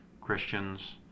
Christians